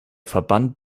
verband